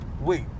Wait